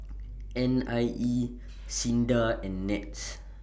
N I E SINDA and Nets